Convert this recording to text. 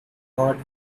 covered